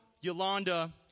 Yolanda